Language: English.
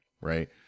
right